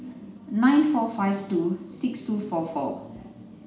nine four five two six two four four